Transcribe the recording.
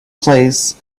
place